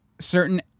certain